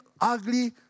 ugly